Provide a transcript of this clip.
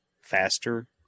faster